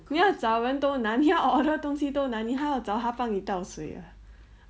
你要找人都难你要 order 东西都难你还要找他帮你倒水 ah